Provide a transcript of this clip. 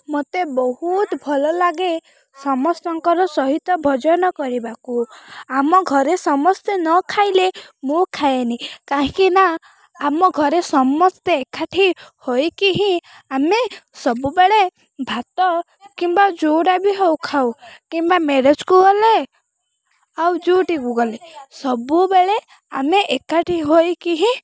ମୋତେ ବହୁତ ଭଲ ଲାଗେ ସମସ୍ତଙ୍କର ସହିତ ଭୋଜନ କରିବାକୁ ଆମ ଘରେ ସମସ୍ତେ ନ ଖାଇଲେ ମୁଁ ଖାଏନି କାହିଁକିନା ଆମ ଘରେ ସମସ୍ତେ ଏକାଠି ହୋଇକି ହିଁ ଆମେ ସବୁବେଳେ ଭାତ କିମ୍ବା ଯେଉଁଟା ବି ହେଉ ଖାଉ କିମ୍ବା ମ୍ୟାରେଜ୍କୁ ଗଲେ ଆଉ ଯେଉଁଠିକୁ ଗଲେ ସବୁବେଳେ ଆମେ ଏକାଠି ହୋଇକି ହିଁ